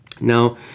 now